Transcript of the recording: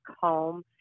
home